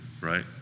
right